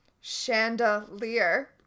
Chandelier